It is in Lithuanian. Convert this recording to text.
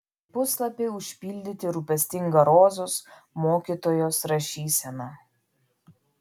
puslapiai užpildyti rūpestinga rozos mokytojos rašysena